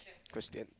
Christian